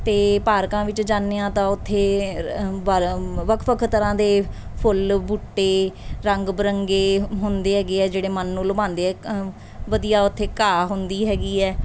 ਅਤੇ ਪਾਰਕਾਂ ਵਿੱਚ ਜਾਂਦੇ ਹਾਂ ਤਾਂ ਉੱਥੇ ਵੱਖ ਵੱਖ ਤਰ੍ਹਾਂ ਦੇ ਫੁੱਲ ਬੂਟੇ ਰੰਗ ਬਿਰੰਗੇ ਹੁੰਦੇ ਹੈਗੇ ਆ ਜਿਹੜੇ ਮਨ ਨੂੰ ਲੁਭਾਉਂਦੇ ਆ ਵਧੀਆ ਉੱਥੇ ਘਾਹ ਹੁੰਦੀ ਹੈਗੀ ਹੈ